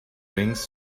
rings